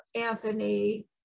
Anthony